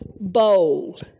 bold